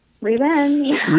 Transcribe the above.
revenge